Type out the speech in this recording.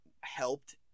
helped